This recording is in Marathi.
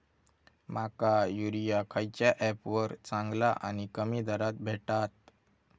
माका युरिया खयच्या ऍपवर चांगला आणि कमी दरात भेटात?